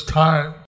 time